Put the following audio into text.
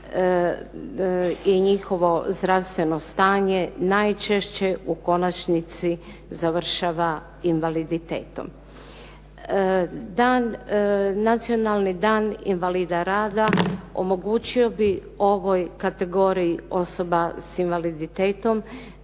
i njihovo zdravstveno stanje najčešće u konačnici završava invaliditetom. Dan, nacionalni dan invalida rada omogućio bi ovoj kategoriji osoba s invaliditetom